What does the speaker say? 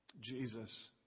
Jesus